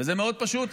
וזה מאוד פשוט,